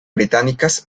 británicas